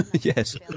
Yes